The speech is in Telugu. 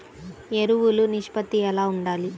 ఎరువులు నిష్పత్తి ఎలా ఉండాలి?